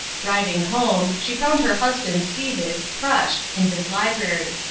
driving home, she found her husband seated, crushed, in his library.